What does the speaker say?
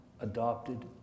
adopted